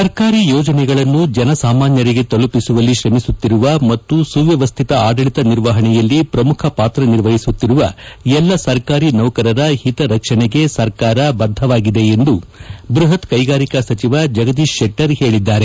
ಸರ್ಕಾರಿ ಯೋಜನೆಗಳನ್ನು ಜನಸಾಮಾನ್ಯರಿಗೆ ತಲುಪಿಸುವಲ್ಲಿ ತ್ರಮಿಸುತ್ತಿರುವ ಮತ್ತು ಸುವ್ಧಮ್ನತ ಆಡಳಿತ ನಿರ್ವಹಣೆಯಲ್ಲಿ ಪ್ರಮುಖ ಪಾತ್ರ ನಿರ್ವಹಿಸುತ್ತಿರುವ ಎಲ್ಲ ಸರ್ಕಾರಿ ನೌಕರರ ಹಿತರಕ್ಷಣೆಗೆ ಸರ್ಕಾರ ಬದ್ದವಾಗಿದೆ ಎಂದು ಬೃಹತ್ ಕೈಗಾರಿಕಾ ಸಚಿವ ಜಗದೀಶ ಶೆಟ್ನರ್ ಹೇಳಿದ್ದಾರೆ